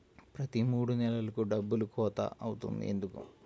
ప్రతి మూడు నెలలకు డబ్బులు కోత అవుతుంది ఎందుకు?